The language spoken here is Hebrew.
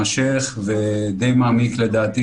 מתמשך ודי מעמיק לדעתי,